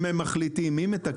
אם הם מחליטים, מי מתקצב?